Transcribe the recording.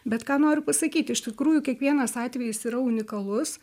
bet ką noriu pasakyti iš tikrųjų kiekvienas atvejis yra unikalus